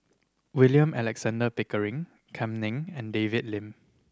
William Alexander Pickering Kam Ning and David Lim